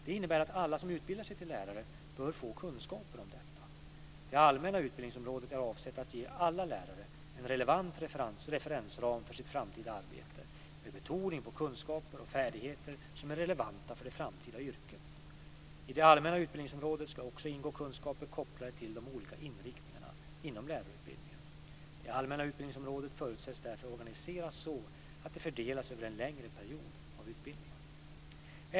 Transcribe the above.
Det innebär att alla som utbildar sig till lärare bör få kunskaper om detta. Det allmänna utbildningsområdet är avsett att ge alla lärare en relevant referensram för sitt framtida arbete, med betoning på kunskaper och färdigheter som är relevanta för det framtida yrket. I det allmänna utbildningsområdet ska också ingå kunskaper kopplade till de olika inriktningarna inom lärarutbildningen. Det allmänna utbildningsområdet förutsätts därför organiseras så att det fördelas över en längre period av utbildningen.